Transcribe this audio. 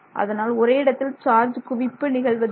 அதனால் ஒரே இடத்தில் சார்ஜ் குவிப்பு நிகழ்வதில்லை